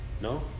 no